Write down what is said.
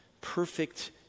perfect